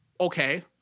okay